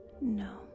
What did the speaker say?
No